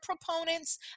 proponents